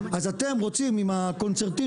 אז אתם רוצים עם הקונצרנים,